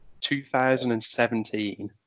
2017